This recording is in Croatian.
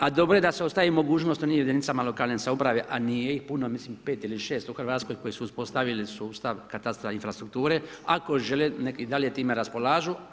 A dobro je da se ostavi mogućnost i onim jedinicama lokalne samouprave a nije ih puno, mislim 5 ili 6 u Hrvatskoj koji su uspostavili sustav katastar infrastrukture, ako žele neka i dalje time raspolažu.